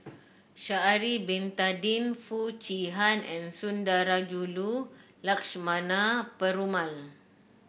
Sha'ari Bin Tadin Foo Chee Han and Sundarajulu Lakshmana Perumal